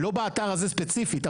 לא באתר הזה ספציפית,